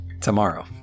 tomorrow